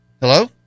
Hello